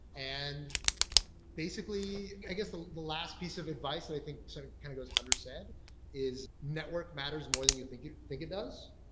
and basically, i guess the last piece of advice that i think so kind of goes under said is network matters more than you think you think it does,